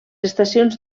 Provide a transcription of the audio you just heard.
estacions